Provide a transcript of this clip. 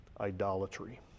idolatry